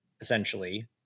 essentially